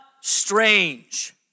strange